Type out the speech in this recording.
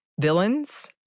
villains